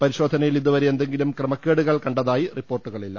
പരിശോധനയിൽ ഇതുവരെ എന്തെങ്കിലും ക്രമക്കേടുകൾ കണ്ടെത്തിയതായി റിപ്പോർട്ടുകളില്ല